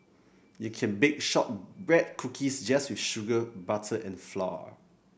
you can bake shortbread cookies just with sugar butter and flour